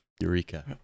Eureka